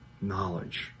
knowledge